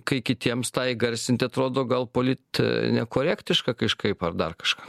kai kitiems tą įgarsint atrodo gal polit nekorektiška kažkaip ar dar kažką